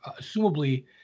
assumably